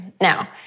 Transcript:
Now